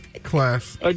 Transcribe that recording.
Class